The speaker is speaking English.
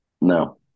No